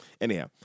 Anyhow